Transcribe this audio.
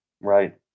Right